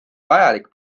vajalik